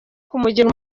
kumugira